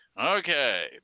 Okay